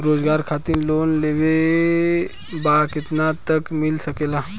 रोजगार खातिर लोन लेवेके बा कितना तक मिल सकेला?